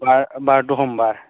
আপোনাৰ বাৰটো সোমবাৰ